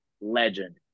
legend